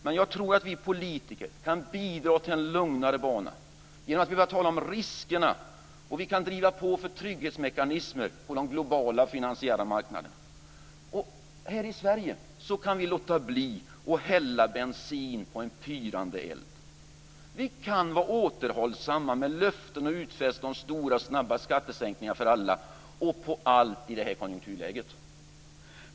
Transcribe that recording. Men jag tror att vi politiker kan bidra till en lugnare bana genom att tala om riskerna. Vi kan driva på för trygghetsmekanismer på de globala finansiella marknaderna. Här i Sverige kan vi låta bli att hälla bensin på en pyrande eld. Vi kan vara återhållsamma med löften och utfästelser om stora snabba skattesänkningar för alla och på allt i detta konjunkturläge.